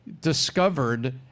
discovered